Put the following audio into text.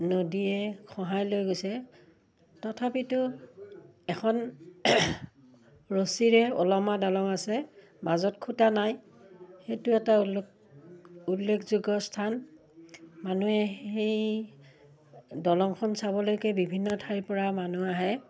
নদীয়ে খহাই লৈ গৈছে তথাপিতো এখন ৰছীৰে উলমা দলং আছে মাজত খুটা নাই সেইটো এটা উল্লে উল্লেখযোগ্য স্থান মানুহে সেই দলংখন চাবলৈকে বিভিন্ন ঠাইৰ পৰা মানুহ আহে